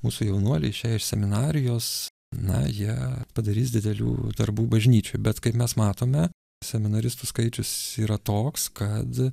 mūsų jaunuoliai išėję iš seminarijos na jie padarys didelių darbų bažnyčioj bet kaip mes matome seminaristų skaičius yra toks kad